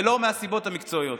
ולא מהסיבות המקצועיות.